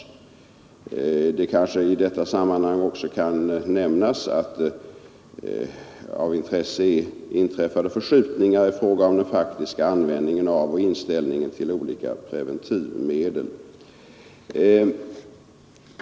Det kanske i detta sammanhang också kan nämnas att av intresse är inträffade förskjutningar i fråga om den fakti: användningen av och inställningen till olika preventivmedel.